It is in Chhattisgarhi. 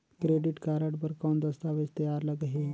क्रेडिट कारड बर कौन दस्तावेज तैयार लगही?